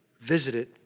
visited